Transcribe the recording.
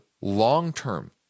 long-term